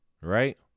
right